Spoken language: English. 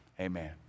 amen